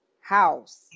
house